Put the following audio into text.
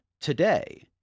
today